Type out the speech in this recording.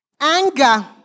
Anger